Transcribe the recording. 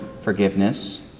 forgiveness